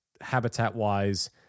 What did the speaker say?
habitat-wise